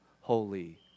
holy